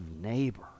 neighbor